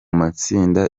matsinda